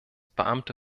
beamte